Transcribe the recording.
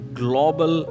global